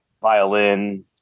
violin